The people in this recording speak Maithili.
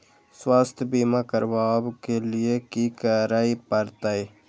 स्वास्थ्य बीमा करबाब के लीये की करै परतै?